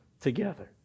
together